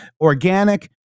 Organic